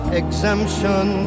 exemption